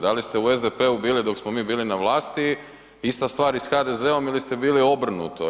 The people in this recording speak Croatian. Da li ste u SDP-u bili dok smo mi bili na vlasti, ista stvar i sa HDZ-om ili ste bili obrnuto?